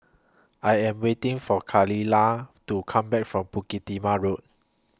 I Am waiting For Khalilah to Come Back from Bukit Timah Road